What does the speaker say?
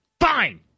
fine